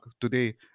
today